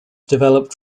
developed